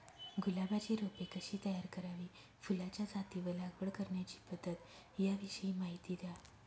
गुलाबाची रोपे कशी तयार करावी? फुलाच्या जाती व लागवड करण्याची पद्धत याविषयी माहिती द्या